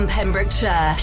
Pembrokeshire